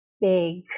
big